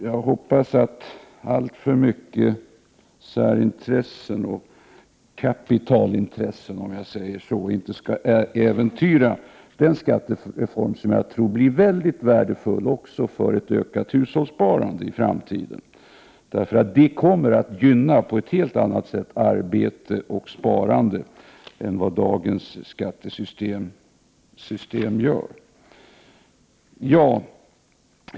Jag hoppas att inte alltför mycket särintressen och kapitalintressen skall äventyra den skattereform som jag tror blir mycket värdefull också när det 107 gäller att få ett ökat hushållssparande i framtiden. Det är en reform som kommer att gynna arbete och sparande på ett helt annat sätt än vad dagens skattesystem gör.